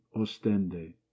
ostende